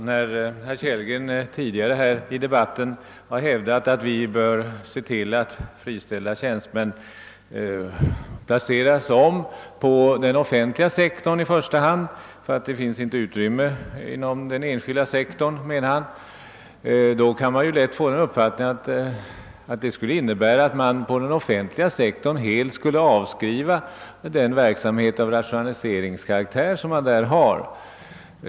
Herr talman! Av herr Kellgrens ytt rande tidigare i debatten, att vi bör se till att friställda tjänstemän i första hand omplaceras till den offentliga sektorn, därför att det enligt hans mening inte finns utrymme inom den enskilda, kan man lätt få den uppfattningen att det offentliga området helt bör avskriva den rationaliseringsverksamhet som där bedrives.